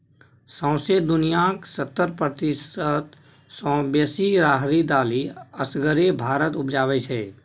सौंसे दुनियाँक सत्तर प्रतिशत सँ बेसी राहरि दालि असगरे भारत उपजाबै छै